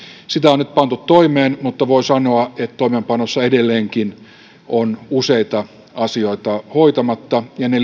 sitä on on nyt pantu toimeen mutta voi sanoa että toimeenpanossa edelleenkin on useita asioita hoitamatta ja ne